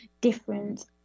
different